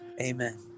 Amen